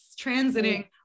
transiting